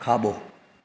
खाबो॒